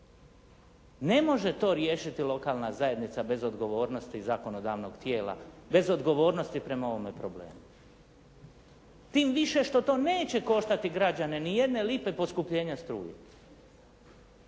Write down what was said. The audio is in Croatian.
Ne može to riješiti lokalna zajednica bez odgovornosti zakonodavnog tijela, bez odgovornosti prema ovome problemu. Tim više što to neće koštati građane ni jedne lipe poskupljenja struje.